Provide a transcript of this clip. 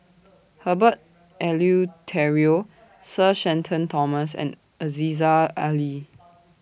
Herbert Eleuterio Sir Shenton Thomas and Aziza Ali